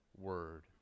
word